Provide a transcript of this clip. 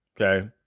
okay